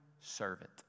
servant